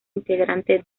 integrante